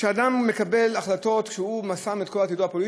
אדם שמקבל החלטות כשהוא שם מנגד את כל עתידו הפוליטי,